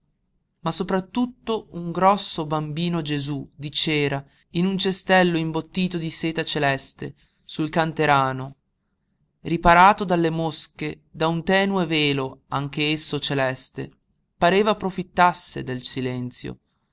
ma soprattutto un grosso bambino gesú di cera in un cestello imbottito di seta celeste sul canterano riparato dalle mosche da un tenue velo anche esso celeste pareva profittasse del silenzio